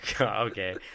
okay